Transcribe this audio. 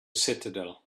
citadel